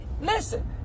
listen